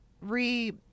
re